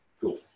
Cool